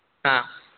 हां